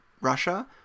Russia